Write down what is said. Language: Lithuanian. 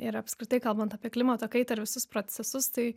ir apskritai kalbant apie klimato kaitą ir visus procesus tai